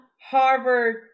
Harvard